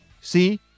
See